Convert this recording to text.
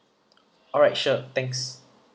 alright sure thanks